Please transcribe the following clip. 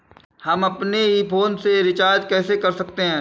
हम अपने ही फोन से रिचार्ज कैसे कर सकते हैं?